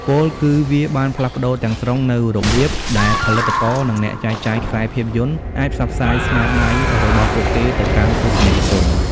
ពោលគឺ វាបានផ្លាស់ប្ដូរទាំងស្រុងនូវរបៀបដែលផលិតករ និងអ្នកចែកចាយខ្សែភាពយន្តអាចផ្សព្វផ្សាយស្នាដៃរបស់ពួកគេទៅកាន់ទស្សនិកជន។